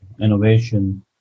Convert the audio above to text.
innovation